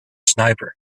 sniper